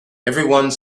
everyone